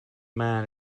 man